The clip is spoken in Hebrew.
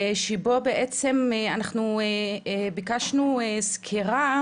שבו בעצם אנחנו ביקשנו סקירה